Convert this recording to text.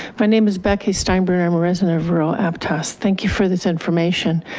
my name is becky steinberg. i'm a resident of rural aptos. thank you for this information.